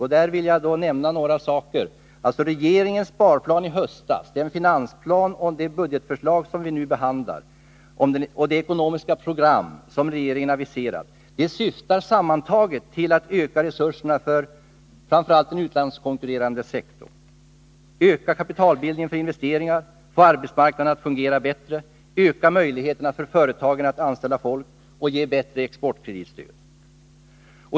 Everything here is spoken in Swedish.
Låt mig till detta säga: Regeringens sparplan från i höstas, den finansplan och det budgetförslag som vi nu behandlar samt det ekonomiska program regeringen aviserat syftar sammantaget till att öka resurserna för framför allt den utlandskontrollerande sektorn, att öka kapitalbildningen för investeringar, att få arbetsmarknaden att fungera bättre, att öka möjligheterna för företagen att anställa folk och att ge bättre exportkreditstöd.